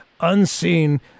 unseen